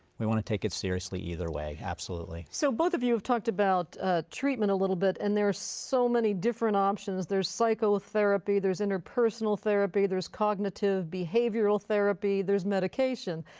we want to take it seriously either way, absolutely. so both of you have talked about ah treatment a little bit and there are so many different options. there's psychotherapy, there's interpersonal therapy, there is cognitive behavioral therapy, there's medication.